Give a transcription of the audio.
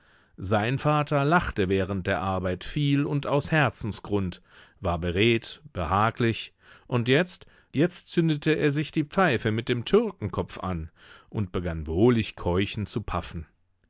sein vater lachte während der arbeit viel und aus herzensgrund war beredt behaglich und jetzt jetzt zündete er sich die pfeife mit dem türkenkopf an und begann wohlig keuchend zu paffen